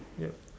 yup